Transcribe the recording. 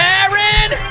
Aaron